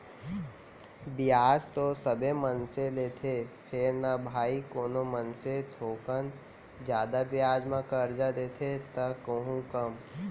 बियाज तो सबे मनसे लेथें फेर न भाई कोनो मनसे थोकन जादा बियाज म करजा देथे त कोहूँ कम